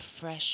fresh